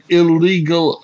illegal